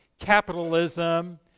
capitalism